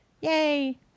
Yay